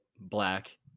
black